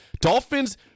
Dolphins